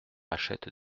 achète